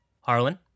Harlan